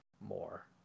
more